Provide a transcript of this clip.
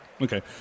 Okay